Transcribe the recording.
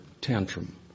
tantrum